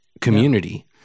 community